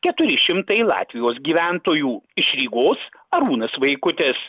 keturi šimtai latvijos gyventojų iš rygos arūnas vaikutis